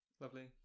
Lovely